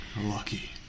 lucky